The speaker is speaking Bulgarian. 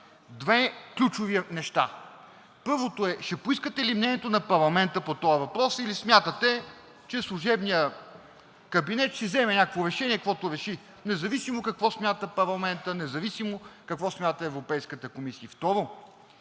две ключови неща. Първото е: ще поискате ли мнението на парламента по този въпрос, или смятате, че служебният кабинет ще си вземе някакво решение, каквото реши – независимо какво смята парламентът, независимо какво смята Европейската комисия?